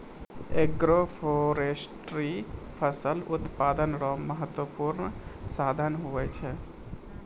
agroforestry फसल उत्पादन रो महत्वपूर्ण साधन हुवै छै